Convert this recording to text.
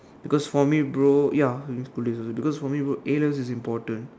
because for me bro ya during school days also because for me bro a-levels is important